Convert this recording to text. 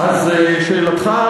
שאלתך,